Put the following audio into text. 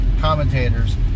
commentators